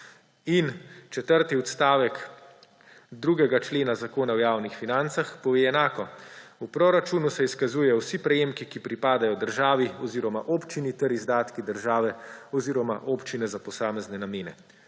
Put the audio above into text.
In četrti odstavek 2. člena Zakona o javnih financah pove enako, »v proračunu se izkazujejo vsi prejemki, ki pripadejo državi oziroma občini, ter izdatki države oziroma občine za posamezne namene«.